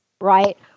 right